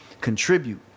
contribute